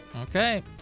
Okay